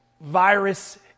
Virus